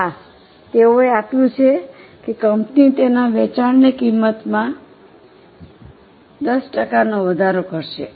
હા તેઓએ આપ્યું છે કે કંપની તેના વેચાણની કિંમતમાં 10 ટકાનો વધારો કરશે